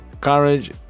courage